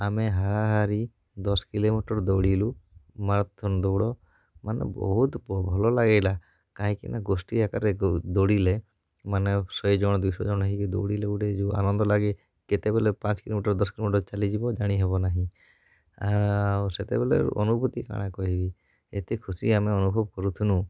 ଆମେ ହାରାହାରି ଦଶ କିଲୋମିଟର୍ ଦଉଡ଼ିଲୁ ମାରାଥନ୍ ଦଉଡ଼ ମାନେ ବହୁତ ଭଲ ଲାଗିଲା କାହିଁକିନା ଗୋଷ୍ଠୀ ଆକାରରେ ଗୋ ଦଉଡ଼ିଲେ ମାନେ ଶହେଜଣ ଦୁଇଶହ ଜଣ ହେଇକି ଦଉଡ଼ିଲେ ଗୋଟେ ଯେଉଁ ଆନନ୍ଦ ଲାଗେ କେତେବେଳେ ପାଞ୍ଚ କିଲୋମିଟର୍ ଦଶ କିଲୋମିଟର୍ ଚାଲିଯିବ ଜାଣିହେବ ନାହିଁ ଆଉ ସେତେବେଳେ ଅନୁଭୂତି କାଣା କହିବି ଏତେ ଖୁସି ଆମେ ଅନୁଭବ କରୁଥୁନୁ